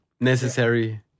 necessary